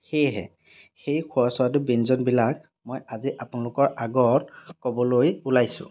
সেয়েহে সেই সুস্বাদু ব্য়ঞ্জনবিলাক মই আজি আপোনালোকৰ আগত ক'বলৈ ওলাইছোঁ